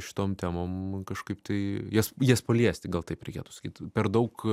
šitom temom kažkaip tai jas jas paliesti gal taip reikėtų sakyti per daug